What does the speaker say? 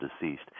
deceased